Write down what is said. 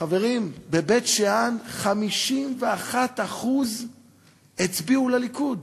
חברים, בבית-שאן 51% הצביעו לליכוד.